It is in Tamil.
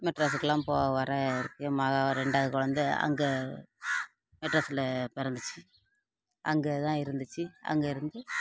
மெட்ராஸ்க்குல்லாம் போக வர இருக்குது மக ரெண்டாவது குழந்த அங்கே மெட்ராஸில் பிறந்துச்சு அங்கே தான் இருந்துச்சு அங்கே இருந்து